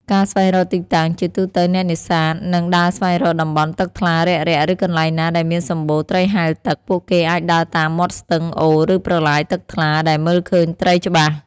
ការស្វែងរកទីតាំង ជាទូទៅ អ្នកនេសាទនឹងដើរស្វែងរកតំបន់ទឹកថ្លារាក់ៗ ឬកន្លែងណាដែលមានសម្បូរត្រីហែលទឹក។ ពួកគេអាចដើរតាមមាត់ស្ទឹង អូរ ឬប្រឡាយទឹកថ្លាដែលមើលឃើញត្រីច្បាស់។